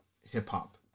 hip-hop